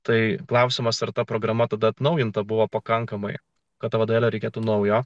tai klausimas ar ta programa tada atnaujinta buvo pakankamai kad tavo duelio reikėtų naujo